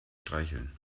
streicheln